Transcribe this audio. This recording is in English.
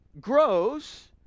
grows